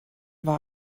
war